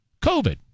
COVID